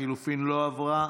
לחלופין לא עברה.